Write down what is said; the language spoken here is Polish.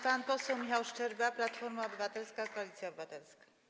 Pan poseł Michał Szczerba, Platforma Obywatelska - Koalicja Obywatelska.